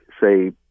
say